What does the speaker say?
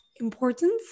importance